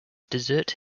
desert